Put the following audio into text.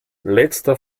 letzter